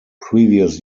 previous